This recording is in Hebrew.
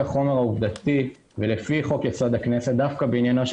החומר העובדתי ולפי חוק יסוד: הכנסת דווקא בעניינו של